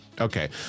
okay